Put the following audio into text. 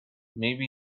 maybe